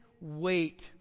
wait